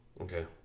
Okay